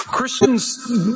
Christians